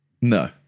No